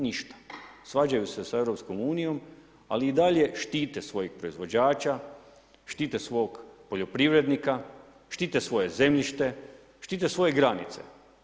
Ništa, svađaju se sa EU-om ali i dalje štite svog proizvođača, štite svog poljoprivrednika, štite svoje zemljište, štite svoje granice.